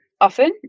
often